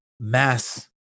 Mass